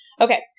Okay